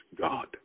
God